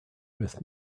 with